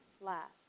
last